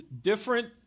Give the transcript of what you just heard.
different